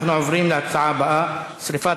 נעבור להצעות לסדר-היום בנושא: שרפת